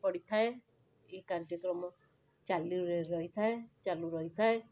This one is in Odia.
ପଡ଼ିଥାଏ ଏ କାର୍ଯ୍ୟକ୍ରମ ଚାଲୁ ରହିଥାଏ ଚାଲୁ ରହିଥାଏ